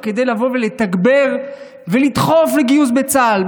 כדי לבוא ולתגבר ולדחוף לגיוס בצה"ל,